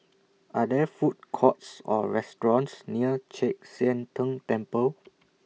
Are There Food Courts Or restaurants near Chek Sian Tng Temple